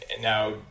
now